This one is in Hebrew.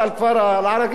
יישובים לא מוכרים?